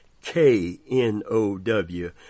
K-N-O-W